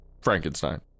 Frankenstein